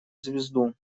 звезду